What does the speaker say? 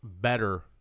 better